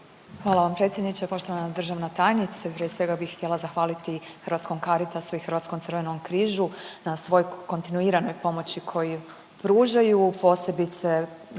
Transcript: Hvala vam predsjedniče, poštovana državna tajnice. Prije svega bih htjela zahvaliti Hrvatskom Caritasu i Hrvatskom Crvenom križu na svoj kontinuiranoj pomoći koju pružaju, posebice za